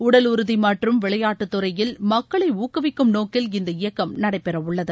உடல் உறுதி மற்றும் விளையாட்டுத் துறையில் மக்களை ஊக்குவிக்கும் நோக்கில் இந்த இயக்கம் நடைபெறவுள்ளது